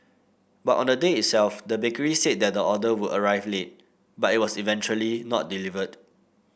but on the day itself the bakery said that the order would arrive late but it was eventually not delivered